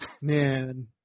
man